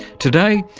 today,